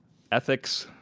ethics,